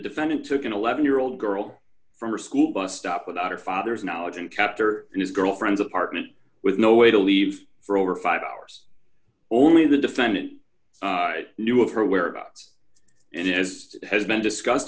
defendant took an eleven year old girl from her school bus stop without her father's knowledge and captor in his girlfriend's apartment with no way to leave for over five hours only the defendant knew of her whereabouts and as has been discussed